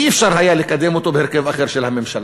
לא היה אפשר לקדם אותו בהרכב אחר של ממשלה.